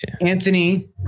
Anthony